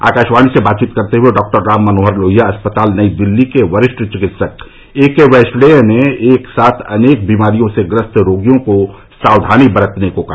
आकाशवाणी से बातचीत करते हुए डॉक्टर राम मनोहर लोहिया अस्पताल नई दिल्ली के वरिष्ठ चिकित्सक एके वार्ष्णेय ने एक साथ अनेक बीमारियों से ग्रस्त रोगियों को सावधानी बरतने को कहा